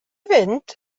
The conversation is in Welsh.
fynd